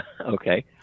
Okay